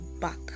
back